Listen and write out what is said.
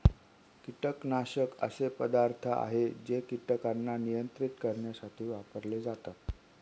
कीटकनाशक असे पदार्थ आहे जे कीटकांना नियंत्रित करण्यासाठी वापरले जातात